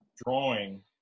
drawing